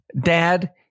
dad